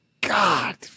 God